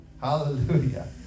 Hallelujah